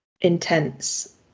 intense